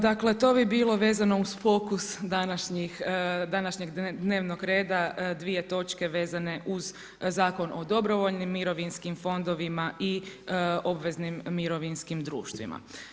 Dakle to bi bilo vezano uz fokus današnjeg dnevnog reda dvije točke vezane uz Zakon o dobrovoljnim mirovinskim fondovima i obveznim mirovinskim društvima.